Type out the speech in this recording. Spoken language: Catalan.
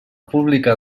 publicar